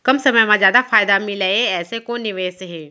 कम समय मा जादा फायदा मिलए ऐसे कोन निवेश हे?